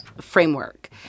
framework